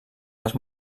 les